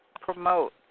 promote